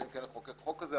אלא אם כן נחוקק חוק כזה,